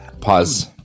pause